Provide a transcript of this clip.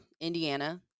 Indiana